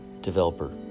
Developer